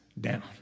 down